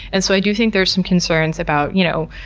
and so i do think there's some concerns about, you know,